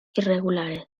irregulares